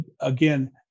again